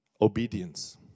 Obedience